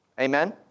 Amen